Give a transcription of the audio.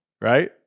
Right